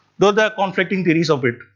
though there are conflicting theories of it.